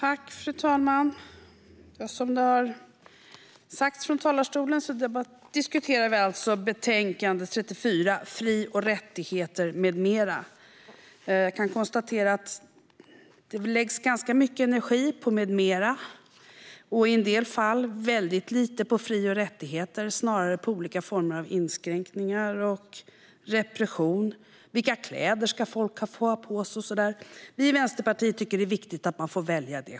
Fru talman! Som sagts från talarstolen diskuterar vi alltså betänkande KU34 Fri och rättigheter, m.m. Jag kan konstatera att det läggs ganska mycket energi på med mera och i en del fall väldigt lite på fri och rättigheter, snarare mer på olika former av inskränkningar och repression, vilka kläder folk ska få ha på sig och liknande. Vi i Vänsterpartiet tycker att det är viktigt att man själv får välja det.